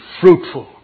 fruitful